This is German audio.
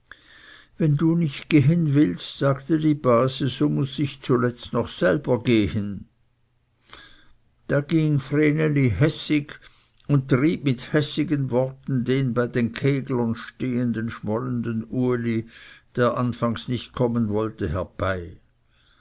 wenn du nicht gehen willst sagte die base so muß ich zuletzt noch selber gehen da ging vreneli hässig und trieb mit hässigen worten den bei den keglern stehenden schmollenden uli der anfangs nicht kommen wollte herbei